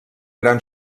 gran